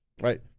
right